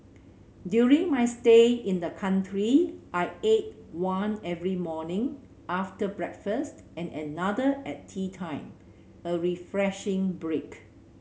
during my stay in the country I ate one every morning after breakfast and another at teatime a refreshing break